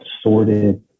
sorted